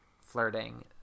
flirting